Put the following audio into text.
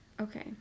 Okay